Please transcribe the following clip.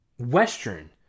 western